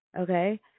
okay